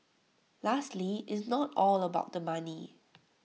lastly it's not all about the money